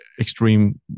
extreme